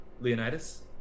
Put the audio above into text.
Leonidas